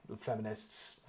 feminists